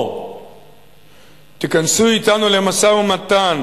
או שתיכנסו אתנו למשא-ומתן